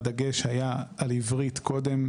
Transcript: הדגש היה על עברית קודם.